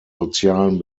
sozialen